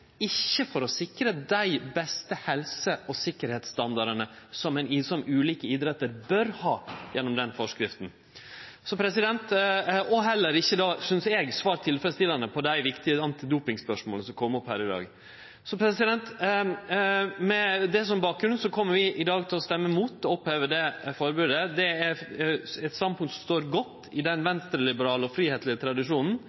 ikkje for å sikre dei beste helse- og sikkerheitsstandardane som ulike idrettar bør ha gjennom den forskrifta. Eg synest heller ikkje at ein har svart tilfredsstillande på dei viktige antidopingspørsmåla som kom opp her i dag. Med dette som bakgrunn kjem vi i dag til å stemme mot å oppheve forbodet. Det er eit standpunkt som står godt i den